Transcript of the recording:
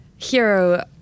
hero